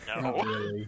No